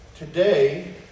Today